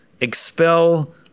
expel